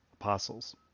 apostles